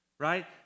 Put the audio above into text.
right